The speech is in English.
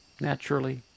naturally